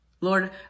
Lord